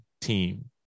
team